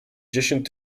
dziesięć